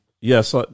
yes